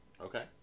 Okay